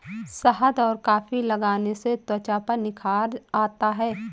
शहद और कॉफी लगाने से त्वचा पर निखार आता है